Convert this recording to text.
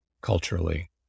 culturally